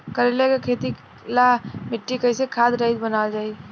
करेला के खेती ला मिट्टी कइसे खाद्य रहित बनावल जाई?